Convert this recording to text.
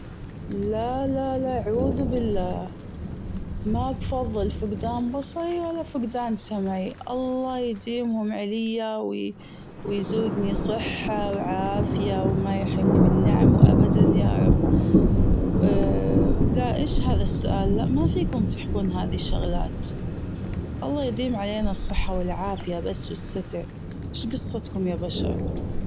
لا لا لا أعوذ بالله مابفظل فقدان بصري ولا فقدان سمعي الله يديمهم عليا و ويزودني صحة وعافية وما يحرمني من نعمه أبدا يارب لا أيش هذا السؤال لأ مافيكم تحكون هاذي الشغلات الله يديم علينا الصحة والعافية بس والستر شو جصتكم يابشر.